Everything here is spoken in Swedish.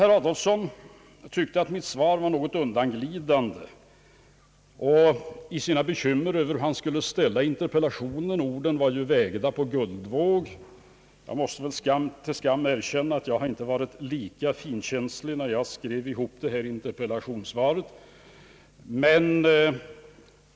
Herr Adolfsson tyckte att mitt svar var något undanglidande. Han har stått i ett predikament när han skulle ställa interpellationen och har fått »väga orden på guldvåg» — jag måste till min skam erkänna att jag inte har varit lika finkänslig när jag skrivit ihop interpellationssvaret.